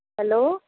hello